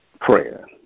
prayer